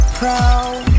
proud